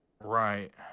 Right